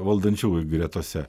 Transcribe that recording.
valdančiųjų gretose